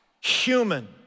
human